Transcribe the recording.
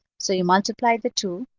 so you multiply the two,